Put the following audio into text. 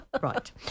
right